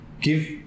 give